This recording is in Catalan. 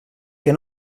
que